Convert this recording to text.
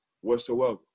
whatsoever